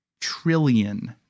trillion